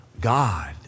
God